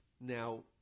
Now